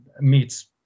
meets